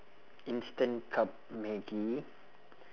instant cup maggi